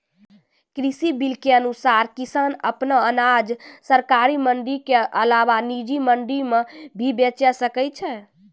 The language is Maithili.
कृषि बिल के अनुसार किसान अप्पन अनाज सरकारी मंडी के अलावा निजी मंडी मे भी बेचि सकै छै